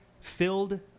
filled